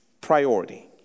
priority